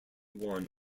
one